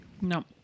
No